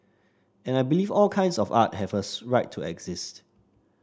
and I believe all kinds of art have a right to exist